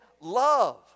love